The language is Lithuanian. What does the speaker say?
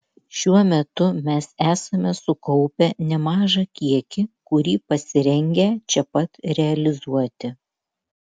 šiuo metu mes esame sukaupę nemažą kiekį kurį pasirengę čia pat realizuoti